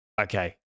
okay